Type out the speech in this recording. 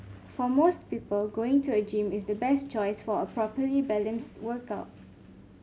for most people going to a gym is the best choice for a properly balanced workout